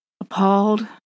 Appalled